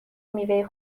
میوه